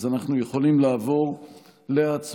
אז אנחנו יכולים לעבור להצבעה